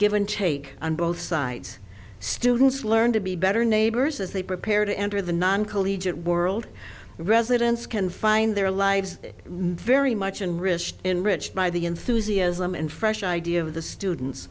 give and take on both sides students learn to be better neighbors as they prepare to enter the non collegiate world residents can find their lives very much in risk enriched by the enthusiasm and fresh idea of the students